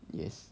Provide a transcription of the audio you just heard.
yes